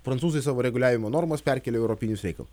prancūzai savo reguliavimo normas perkėlė į europinius reikalus